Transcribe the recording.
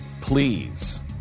please